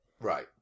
Right